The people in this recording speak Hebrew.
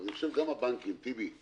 גם הבנקים טיבי רבינוביץ,